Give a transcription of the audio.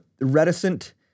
reticent